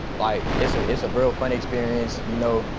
like it's ah it's a real fun experience, you know,